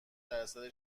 درصد